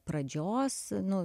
pradžios nu